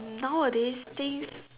nowadays things